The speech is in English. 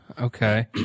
Okay